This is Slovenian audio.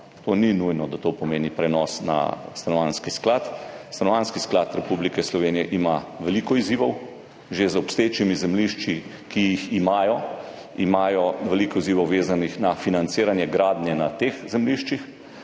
To ni nujno, da to pomeni prenos na Stanovanjski sklad. Stanovanjski sklad Republike Slovenije ima veliko izzivov že z obstoječimi zemljišči, ki jih imajo. Imajo veliko izzivov, vezanih na financiranje gradnje na teh zemljiščih.